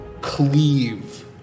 cleave